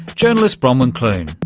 journalist bronwen clune,